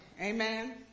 Amen